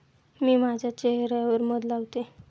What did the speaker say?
मी माझ्या चेह यावर मध लावते